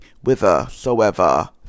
whithersoever